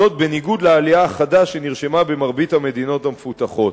זאת בניגוד לעלייה החדה שנרשמה במרבית המדינות המפותחות.